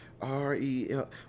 R-E-L